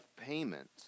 payment